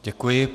Děkuji.